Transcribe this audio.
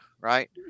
right